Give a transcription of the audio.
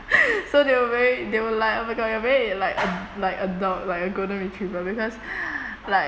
so they were very they were like oh my god you are very like a d~ like a dog like a golden retriever because like